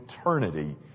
eternity